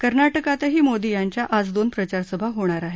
कर्नाटकातही मोदी यांच्या आज दोन प्रचारसभा होणार आहेत